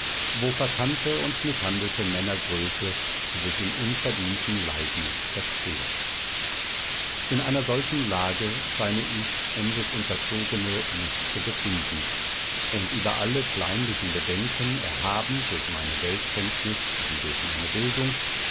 wo verkannte und mißhandelte männergröße sich in unverdienten leiden verzehrt in einer solchen lage scheine ich endesunterzogene mich zu befinden und über alle kleinlichen bedenken erhaben durch meine weltkenntnis wie durch meine bildung